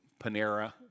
Panera